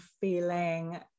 feeling